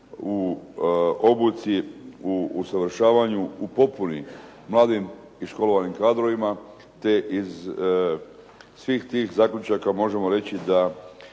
u obuci, u usavršavanju, u popuni mladim i školovanim kadrovima, te iz svih tih zaključaka možemo reći da